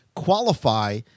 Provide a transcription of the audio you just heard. qualify